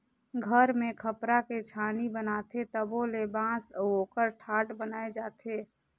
घर मे खपरा के छानी बनाथे तबो ले बांस अउ ओकर ठाठ बनाये जाथे